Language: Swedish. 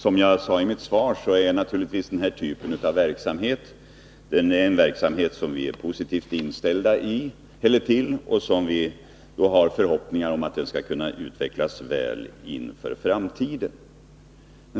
Fru talman! Som jag sade i mitt svar är vi naturligtvis positivt inställda till den här typen av verksamhet. Vi hoppas att verksamheten skall kunna utvecklas väl i framtiden.